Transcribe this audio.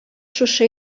шушы